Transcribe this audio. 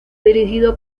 dirigido